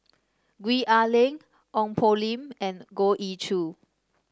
Gwee Ah Leng Ong Poh Lim and Goh Ee Choo